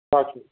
আছে